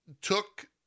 took